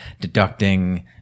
deducting